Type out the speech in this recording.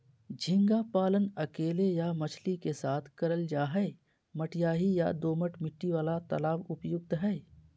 झींगा पालन अकेले या मछली के साथ करल जा हई, मटियाही या दोमट मिट्टी वाला तालाब उपयुक्त हई